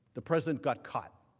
the present got caught.